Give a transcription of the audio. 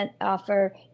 offer